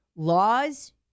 Laws